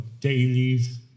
dailies